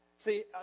See